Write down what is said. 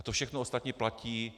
To všechno ostatní platí.